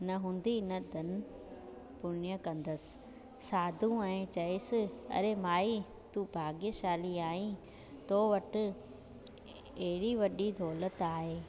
न हूंदी न धन पुण्य कंदसि साधू ऐं चइसि अरे माई तूं भाग्यशाली आईं तो वटि एॾी वॾी दौलति आहे